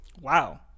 wow